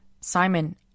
Simon